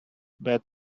bed